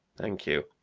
thank you.